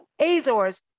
azores